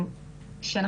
לא שומעים אותנו?